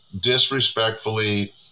disrespectfully